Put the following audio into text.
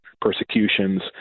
persecutions